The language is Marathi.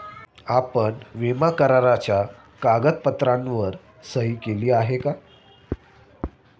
आपण विमा कराराच्या कागदपत्रांवर सही केली आहे का?